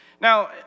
Now